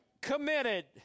committed